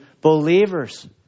believers